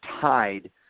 tied